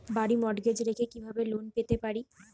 বাড়ি মর্টগেজ রেখে কিভাবে লোন পেতে পারি?